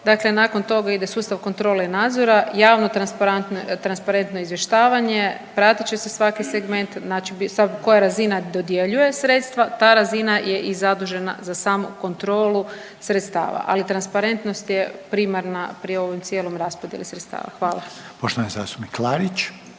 dakle nakon toga ide sustav kontrole i nadzora, javno i transparentno izvještavanje, pratit će se svaki segment, znači sad koja razina dodjeljuje sredstva, ta razina je i zadužena za samu kontrolu sredstava, ali transparentnost je primarna pri ovom cijelom raspodjeli sredstava. Hvala. **Reiner,